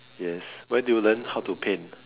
yes where do you learn how to paint